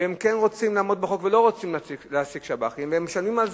והם כן רוצים לעמוד בחוק ולא רוצים להעסיק שב"חים והם משלמים על